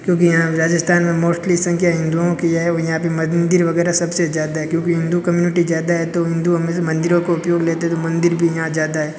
क्योंकि यहाँ राजस्थान में मोस्टली संख्या हिन्दूओं की है और यहाँ पर मंदिर वगैरह सबसे ज्यादा है क्योंकि हिंदू कम्युनिटी ज्यादा है तो हिन्दू हमेशा मंदिरों को उपयोग लेते तो मंदिर भी यहाँ ज्यादा है